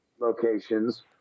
locations